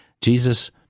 Jesus